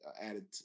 added